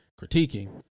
critiquing